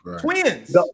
Twins